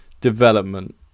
development